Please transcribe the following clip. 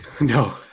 No